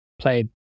played